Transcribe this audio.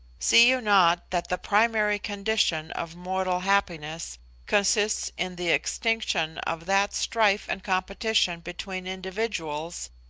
see you not that the primary condition of mortal happiness consists in the extinction of that strife and competition between individuals,